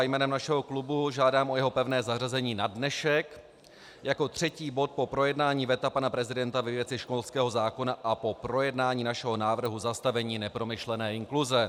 Jménem našeho klubu žádám o jeho pevné zařazení na dnešek jako třetí bod po projednání veta pana prezidenta ve věci školského zákona a po projednání našeho návrhu zastavení nepromyšlené inkluze.